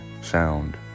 sound